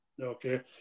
Okay